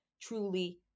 truly